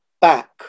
back